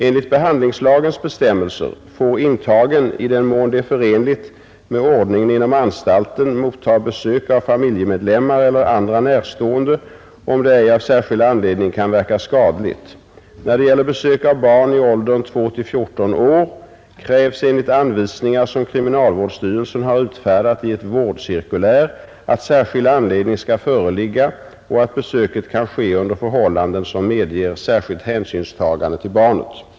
Enligt behandlingslagens bestämmelser får intagen i den mån det är förenligt med ordningen inom anstalten mottaga besök av familjemedlemmar eller andra närstående, om det ej av särskild anledning kan verka skadligt. När det gäller besök av barn i åldern 2 — 14 år krävs enligt anvisningar, som kriminalvårdsstyrelsen har utfärdat i ett vårdcirkulär, att särskild anledning skall föreligga och att besöket kan ske under förhållanden som medger särskilt hänsynstagande till barnet.